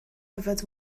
yfed